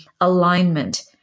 alignment